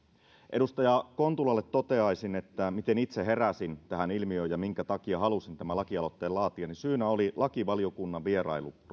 edustaja kontulalle toteaisin miten itse heräsin tähän ilmiöön ja minkä takia halusin tämän lakialoitteen laatia syynä oli lakivaliokunnan vierailu